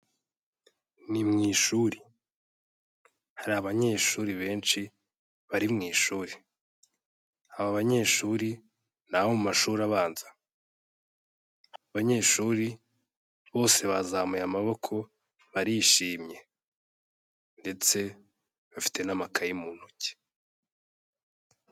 Ni mu ishuri, hari abanyeshuri benshi bari mu ishuri, aba banyeshuri nabo mu mashuri abanza, abanyeshuri bose bazamuye amaboko barishimye, ndetse bafite n'amakaye mu ntoki.